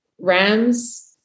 Rams